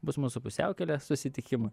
bus mūsų pusiaukelė susitikimui